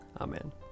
Amen